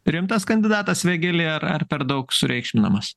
rimtas kandidatas vėgėlė ar ar per daug sureikšminamas